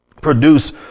produce